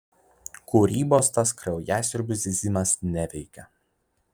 kūrybos tas kraujasiurbių zyzimas neveikia